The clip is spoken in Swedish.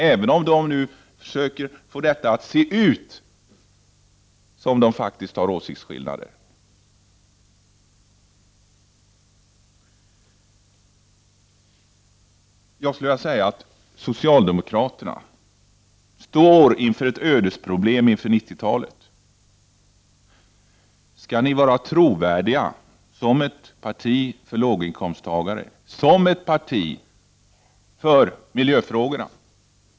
Även om de försöker få det att se ut som om de faktiskt har åsiktsskillnader så försvarar de politiken. Jag skulle vilja säga att socialdemokraterna står inför ett ödesproblem inför 1990-talet. Skall de vara trovärdiga som ett parti för låginkomsttagare, som ett parti för miljöfrågorna?